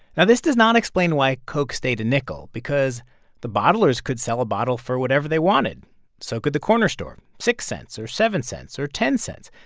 now, this does not explain why coke stayed a nickel because the bottlers could sell a bottle for whatever they wanted so could the corner store six cents or seven cents or ten cents.